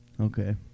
Okay